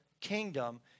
kingdom